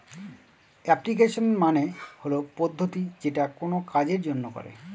application মানে হল পদ্ধতি যেটা কোনো কাজের জন্য করে